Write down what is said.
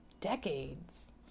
decades